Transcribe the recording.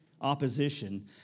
opposition